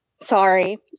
Sorry